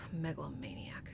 megalomaniac